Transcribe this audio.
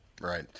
Right